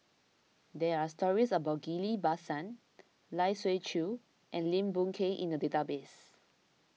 there are stories about Ghillie Basan Lai Siu Chiu and Lim Boon Keng in the database